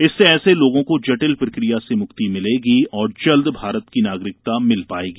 इससे ऐसे लोगों को जटिल प्रक्रिया से मुक्ति मिलेगी और जल्द भारत की नागरिकता मिल पाएगी